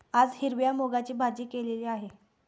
आज हिरव्या मूगाची भाजी केलेली आहे